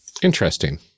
interesting